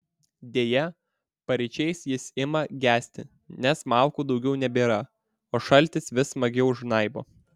deja paryčiais jis ima gesti nes malkų daugiau nebėra o šaltis vis smagiau žnaibo